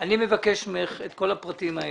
אני מבקש ממך את כל הפרטים האלה.